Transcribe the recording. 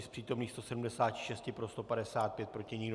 Z přítomných 176 pro 155, proti nikdo.